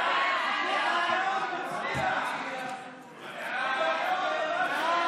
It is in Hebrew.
חוק קליטת חיילים משוחררים (תיקון מס' 24),